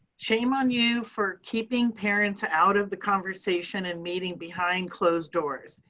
shame on you for keeping parents ah out of the conversation and meeting behind closed doors.